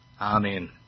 Amen